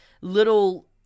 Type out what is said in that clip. little